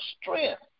strength